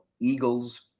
Eagles